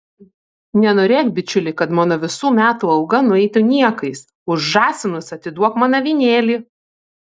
nenorėk bičiuli kad mano visų metų alga nueitų niekais už žąsinus atiduok man avinėlį